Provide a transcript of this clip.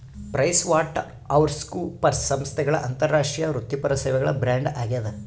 PricewaterhouseCoopers ಸಂಸ್ಥೆಗಳ ಅಂತಾರಾಷ್ಟ್ರೀಯ ವೃತ್ತಿಪರ ಸೇವೆಗಳ ಬ್ರ್ಯಾಂಡ್ ಆಗ್ಯಾದ